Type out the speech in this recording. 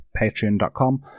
patreon.com